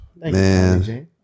man